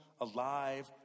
alive